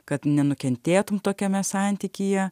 kad nenukentėtum tokiame santykyje